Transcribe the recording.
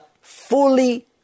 fully